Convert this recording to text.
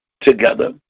together